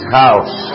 house